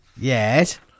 Yes